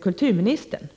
kulturministern.